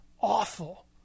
awful